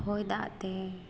ᱦᱚᱭᱫᱟᱜ ᱛᱮ